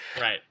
Right